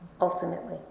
ultimately